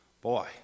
Boy